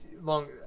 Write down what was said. Long